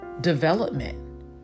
development